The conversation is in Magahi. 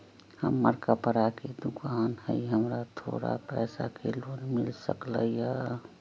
हमर कपड़ा के दुकान है हमरा थोड़ा पैसा के लोन मिल सकलई ह?